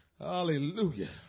Hallelujah